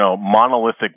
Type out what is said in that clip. monolithic